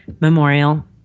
memorial